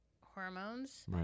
hormones